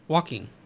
Walking